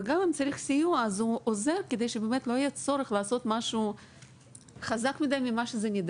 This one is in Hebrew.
וגם אם צריך סיוע הוא עוזר כדי שלא יהיה צורך לעשות משהו חזק מהנדרש.